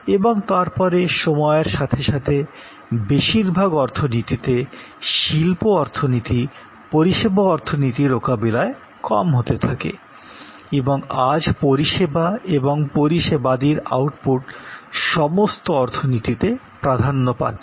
এবং তারপরে সময়ের সাথে সাথে বেশিরভাগ অর্থনীতিতে শিল্প অর্থনীতি পরিষেবা অর্থনীতির মোকাবিলায় কম হতে থাকে এবং আজ পরিষেবা এবং পরিষেবাদির আউটপুট সমস্ত অর্থনীতিতে প্রাধান্য পাচ্ছে